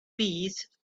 peace